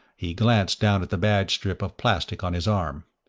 he glanced down at the badge strip of plastic on his arm.